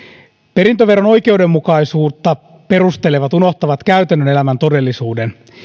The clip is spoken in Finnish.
perintöveron oikeudenmukaisuutta perustelevat unohtavat käytännön elämän todellisuuden